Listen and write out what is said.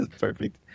perfect